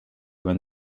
when